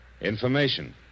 Information